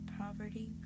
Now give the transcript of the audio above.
poverty